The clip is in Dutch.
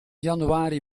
januari